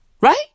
Right